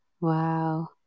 Wow